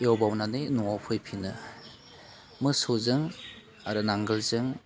एवबाउनानै न'आव फैफिनो मोसौजों आरो नांगालजों